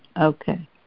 Okay